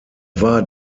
war